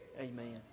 Amen